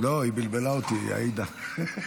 לא, היא בלבלה אותי, עאידה.